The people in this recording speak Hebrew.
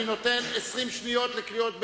אני נותן 20 שניות לקריאות ביניים,